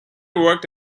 worked